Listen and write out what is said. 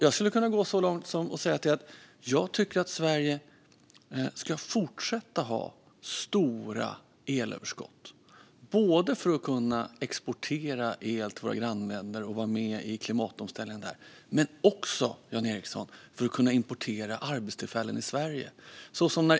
Jag skulle kunna gå så långt som att säga att Sverige borde fortsätta att ha stora elöverskott för att kunna exportera el till våra grannländer och vara med i deras klimatomställning men också, Jan Ericson, för att kunna importera arbetstillfällen till Sverige.